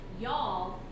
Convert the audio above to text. y'all